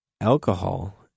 alcohol